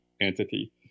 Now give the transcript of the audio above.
entity